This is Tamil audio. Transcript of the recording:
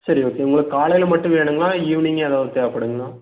சரி ஓகே உங்களுக்கு காலையில் மட்டும் வேணுங்களா ஈவினிங்கும் ஏதாவது தேவைப்படுங்கண்ணா